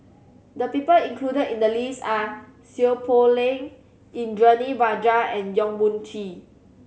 the people included in the list are Seow Poh Leng Indranee Rajah and Yong Mun Chee